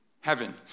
Heaven